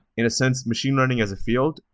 in a sense, machine learning as a field,